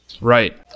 Right